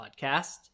podcast